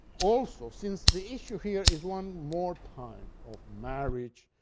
also, since the issue here is, one more time, of marriage,